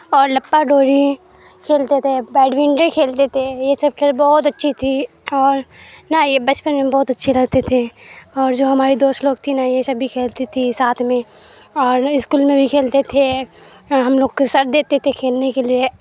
اور لپا ڈوری کھیلتے تھے بیڈمنٹن کھیلتے تھے یہ سب کھیل بہت اچھی تھی اور نہ یہ بچپن میں بہت اچھے رہتے تھے اور جو ہماری دوست لوگ تھی نا یہ سب بھی کھیلتی تھی ساتھ میں اور اسکول میں بھی کھیلتے تھے ہم لوگ کو ساتھ دیتے تھے کھیلنے کے لیے